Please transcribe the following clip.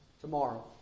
Tomorrow